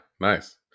Nice